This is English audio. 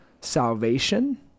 salvation